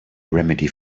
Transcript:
remedy